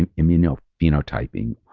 um immunophenotyping,